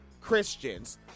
christians